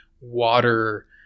water